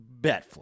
betflix